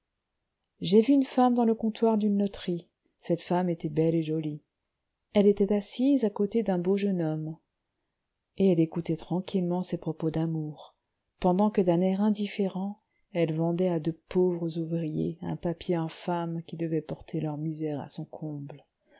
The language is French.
j'ai vu une femme dans le comptoir d'une loterie cette femme était belle et jolie elle était assise à côté d'un beau jeune homme et elle écoutait tranquillement ses propos d'amour pendant que d'un air indifférent elle vendait à de pauvres ouvriers un papier infâme qui devait porter leur misère à son comble